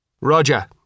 Roger